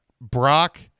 Brock